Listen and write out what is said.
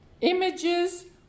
images